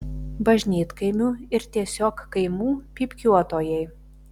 bažnytkaimių ir tiesiog kaimų pypkiuotojai